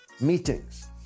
meetings